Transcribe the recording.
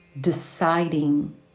deciding